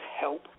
help